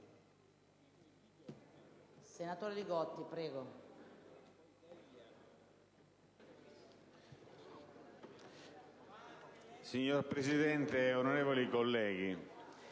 Signora Presidente, onorevoli colleghi,